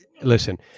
listen